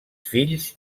fills